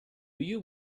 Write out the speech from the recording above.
you